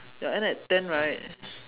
ya end at ten right